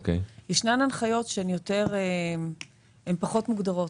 יש הנחיות שפחות מוגדרות,